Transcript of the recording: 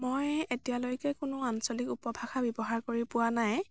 মই এতিয়ালৈকে কোনো আঞ্চলিক উপভাষা ব্য়ৱহাৰ কৰি পোৱা নাই